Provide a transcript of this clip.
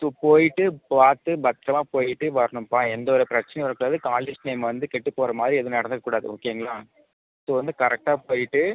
so போய்ட்டு பார்த்து பத்ரமாக போய்விட்டு வரணும்ப்பா எந்த ஒரு பிரச்சனையும் வரக்கூடாது காலேஜ் நேம் வந்து கெட்டுப்போகிற மாதிரி எதுவும் நடந்து விடக்கூடாது ஓகேங்களா ஸோ வந்து கரக்ட்டாக போய்விட்டு